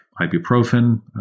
ibuprofen